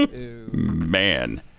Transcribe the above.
Man